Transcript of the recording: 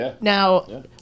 now